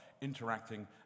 interacting